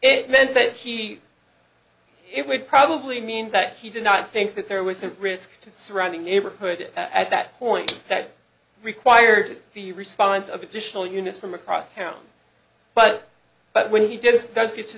it meant that he it would probably mean that he did not think that there was a risk to surrounding neighborhood at that point that required the response of additional units from across town but but when he did this does get to